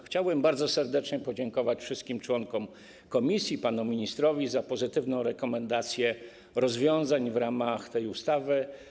Chciałbym bardzo serdecznie podziękować wszystkim członkom komisji i panu ministrowi za pozytywną rekomendację rozwiązań przewidzianych w ramach tej ustawy.